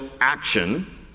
action